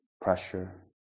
pressure